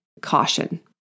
caution